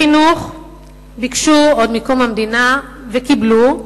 בחינוך ביקשו, עוד עם קום המדינה, וקיבלו,